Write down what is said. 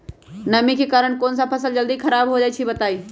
नमी के कारन कौन स फसल जल्दी खराब होई छई बताई?